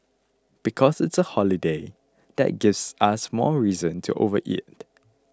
because it's a holiday that gives us more reason to overeat